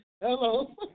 Hello